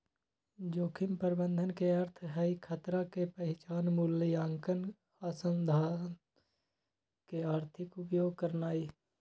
जोखिम प्रबंधन के अर्थ हई खतरा के पहिचान, मुलायंकन आ संसाधन के आर्थिक उपयोग करनाइ